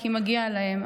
כי מגיע להם,